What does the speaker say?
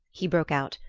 he broke out,